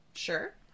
Sure